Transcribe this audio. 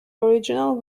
original